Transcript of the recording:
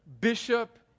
bishop